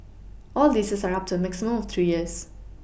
all leases are up to a maximum of three years